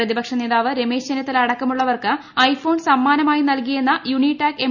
പ്രതിപക്ഷ നേതാവ് രമേശ് ചെന്നിത്തല അടക്കമുള്ളവർക്ക് ഐ ഫോൺ സമ്മാനമായി നൽകിയെന്ന് യൂണിടാക്ക് എം